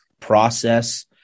process